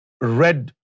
red